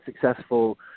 successful